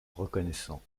reconnaissant